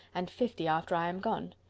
and fifty after i am gone.